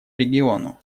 региону